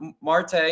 Marte